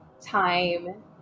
time